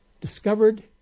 discovered